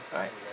right